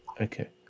Okay